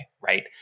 right